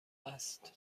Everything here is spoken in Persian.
است